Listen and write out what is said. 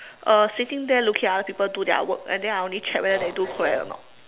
uh sitting there looking at other people do their work and then I only check whether they do correct or not